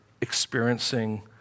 experiencing